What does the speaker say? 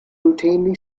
routinely